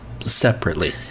separately